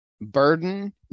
Burden